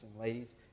Ladies